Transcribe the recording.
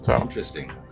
Interesting